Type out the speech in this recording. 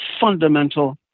fundamental